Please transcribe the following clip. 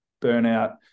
Burnout